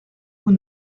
vous